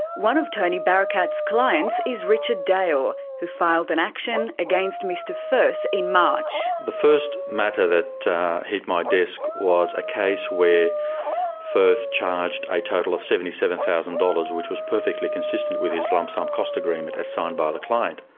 one of tony barakat's clients is richard dale, who filed an action against mr firth in march. the first matter that hit my desk was a case where firth charged a total of seventy seven thousand dollars, which was perfectly consistent with his lump sum cost agreement as signed by the client.